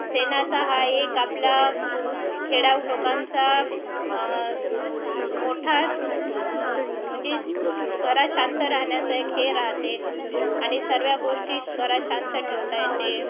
शेणाचा हा एक आपला स खेडाउ लोकांचा त मोठा म्हणजे ज घरास शांत राहण्याचा एक हे राहते आणि सर्व गोष्टीत घरास शांत ठेवता येते